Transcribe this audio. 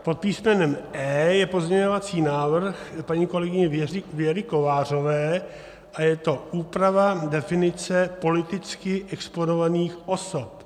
Pod písmenem E je pozměňovací návrh paní kolegyně Věry Kovářové a je to úprava definice politicky exponovaných osob.